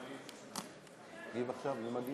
מתאמי הפעולות בשטחים הצביעו על המצוקה הזאת וקראו לממשלה